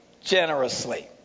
generously